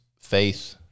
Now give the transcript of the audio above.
faith